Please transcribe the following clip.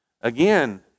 Again